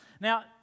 Now